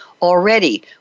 Already